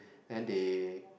and they